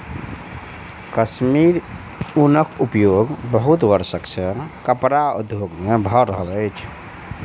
कश्मीरी ऊनक उपयोग बहुत वर्ष सॅ कपड़ा उद्योग में भ रहल अछि